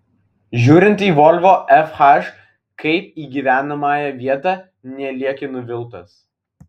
žiūrint į volvo fh kaip į gyvenamąją vietą nelieki nuviltas